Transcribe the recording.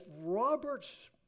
Robert's